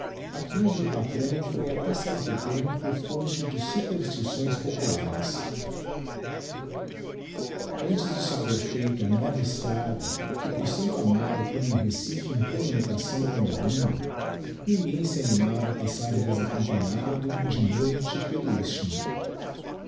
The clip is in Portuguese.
a cruz do patrão foi at certo tempo fonte de superstições populares antes de se haver feito a nova estrada que por s amaro põe o recife em communicação com olinda ninguém se animava a passar desacompanhado de noite pelo isthmo